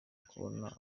kubona